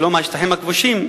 ולא מהשטחים הכבושים,